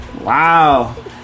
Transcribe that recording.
Wow